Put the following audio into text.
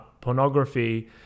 pornography